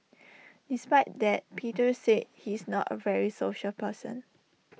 despite that Peter said he's not A very social person